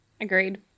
agreed